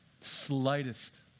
Slightest